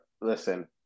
listen